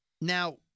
Now